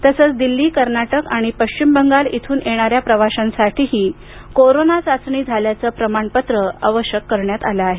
तसंच दिल्ली कर्नाटक आणि पश्चिम बंगाल इथू येणाऱ्या प्रवाशांसाठीही कोरोना चाचणी झाल्याचं प्रमाणपत्र आवश्यक करण्यात आलं आहे